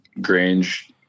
grange